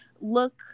look